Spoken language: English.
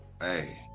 Hey